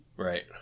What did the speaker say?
Right